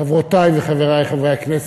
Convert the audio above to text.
חברותי וחברי חברי הכנסת,